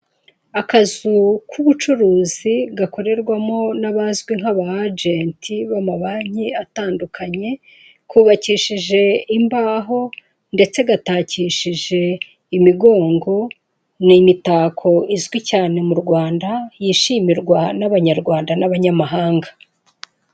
Akazu k'ubucuruzi gakorerwamo n'abazwi nk'abagenti b'amabanki atandukanye, kubakishije imbaho ndetse gatakishije imigongo. Ni imitako izwi cyane mu Rwanda yishimirwa n'abanyarwanda n'abanyamahanga.